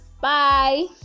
bye